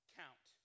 count